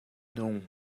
nung